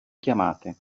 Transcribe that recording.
chiamate